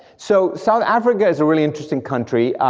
so south africa is a really interesting country,